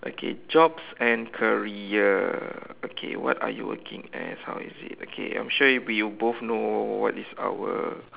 okay jobs and career okay what are you working as how is it okay I'm sure we both know what is our